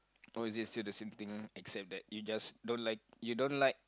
oh is it still the same thing except that you just don't like you don't like